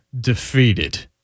defeated